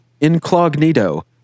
incognito